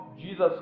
Jesus